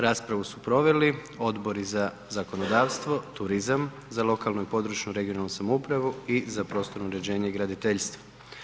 Raspravu su proveli Odbor za zakonodavstvo, turizam, za lokalnu i područnu, regionalnu samoupravu i za prostorno uređenje i graditeljstvo.